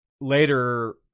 later